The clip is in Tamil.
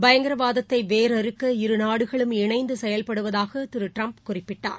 பயங்கரவாதத்தைவேரறுக்க இருநாடுகளும் இணைந்துசெயல்படுவதாகதிருடிரம்ப் குறிப்பிட்டார்